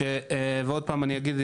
ועוד פעם אני אגיד,